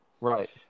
Right